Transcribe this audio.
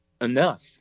enough